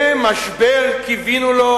זה משבר קיווינו לו,